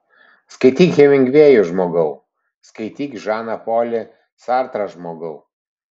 skaityk hemingvėjų žmogau skaityk žaną polį sartrą žmogau